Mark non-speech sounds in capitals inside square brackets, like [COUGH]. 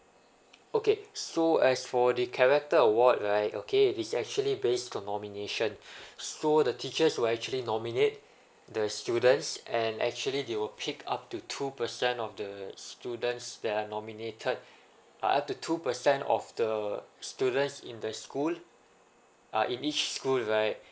okay so as for the character award right okay it is actually based on nomination [BREATH] so the teachers will actually nominate the students and actually they will pick up to two percent of the students that are nominated [BREATH] uh up to two percent of the students in the school uh in each school right